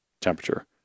temperature